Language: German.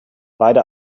beide